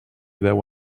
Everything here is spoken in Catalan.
veu